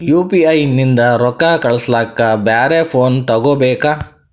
UPI ನಿಂದ ರೊಕ್ಕ ಕಳಸ್ಲಕ ಬ್ಯಾರೆ ಫೋನ ತೋಗೊಬೇಕ?